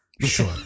sure